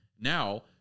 now